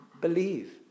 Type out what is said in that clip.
believe